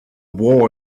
war